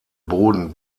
boden